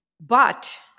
But-